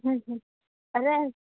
હમ હમ અરે